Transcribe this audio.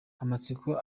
amatsiko